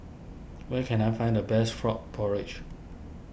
where can I find the best Frog Porridge